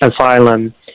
asylum